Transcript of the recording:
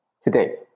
today